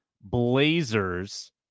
Blazers